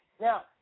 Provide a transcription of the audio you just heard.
Now